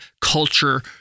culture